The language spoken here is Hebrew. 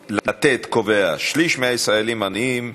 "לתת" קובע: שליש מהישראלים עניים,